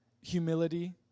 humility